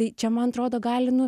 tai čia man atrodo gali nu